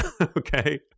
okay